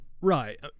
Right